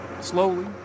Slowly